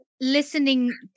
listening